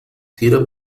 tira